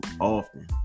often